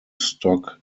stock